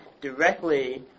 directly